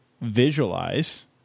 visualize